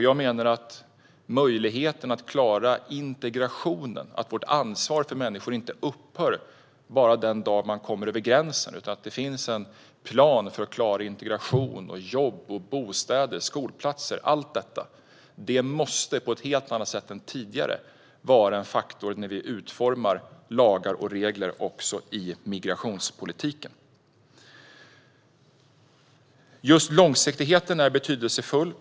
Jag menar att vårt ansvar för människor inte upphör den dag man kommer över gränsen, utan en plan för att klara integration, jobb, bostäder och skolplatser - allt detta - måste på ett helt annat sätt än tidigare vara en faktor när vi utformar lagar och regler också i migrationspolitiken. Långsiktigheten är betydelsefull.